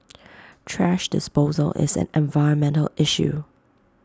thrash disposal is an environmental issue